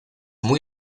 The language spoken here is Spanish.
muy